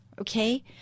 okay